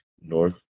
North